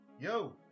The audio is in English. yo